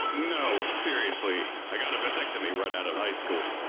no, seriously. i got a vasectomy right out of high school.